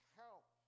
help